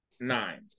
Nine